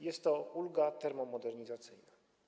Jest to ulga termomodernizacyjna.